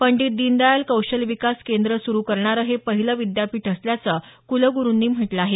पंडित दिनदयाल कौशल्य विकास केंद्र सुरू करणारे हे पहिलं विद्यापीठ असल्याचं कुलगुरुंनी म्हटलं आहे